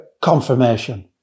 confirmation